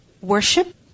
worship